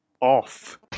off